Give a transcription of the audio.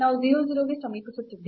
ನಾವು 0 0 ಗೆ ಸಮೀಪಿಸುತ್ತಿದ್ದೇವೆ